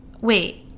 wait